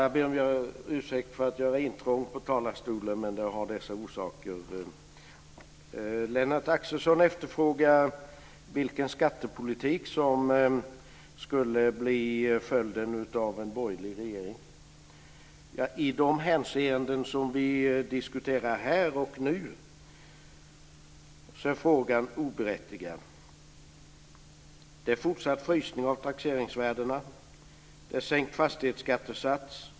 Herr talman! Lennart Axelsson efterfrågar vilken skattepolitik som skulle bli följden av en borgerlig regering. I de hänseenden som vi diskuterar här och nu är frågan oberättigad. Det är fortsatt frysning av taxeringsvärdena. Det är sänkt fastighetsskattesats.